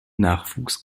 nachwuchs